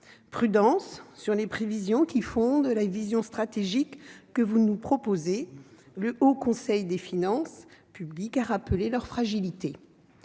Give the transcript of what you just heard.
Prudence sur les prévisions qui fondent la vision stratégique que vous nous proposez : le Haut Conseil des finances publiques a rappelé leur fragilité.